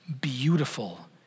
beautiful